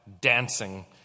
dancing